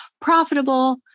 Profitable